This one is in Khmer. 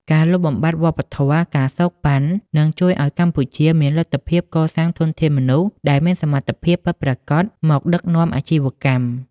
ការលុបបំបាត់វប្បធម៌ ការសូកប៉ាន់ នឹងជួយឱ្យកម្ពុជាមានលទ្ធភាពកសាងធនធានមនុស្សដែលមានសមត្ថភាពពិតប្រាកដមកដឹកនាំអាជីវកម្ម។